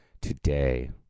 today